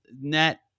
net